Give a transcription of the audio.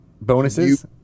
bonuses